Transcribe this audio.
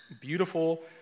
beautiful